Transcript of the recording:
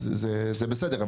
אז זה בסדר.